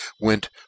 went